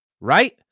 right